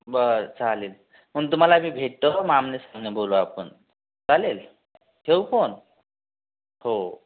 बरं चालेल पण तुम्हाला मी भेटतो मग आमनेसामने बोलू आपण चालेल ठेवू फोन हो